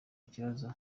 ikibazo